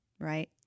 Right